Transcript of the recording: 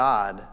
God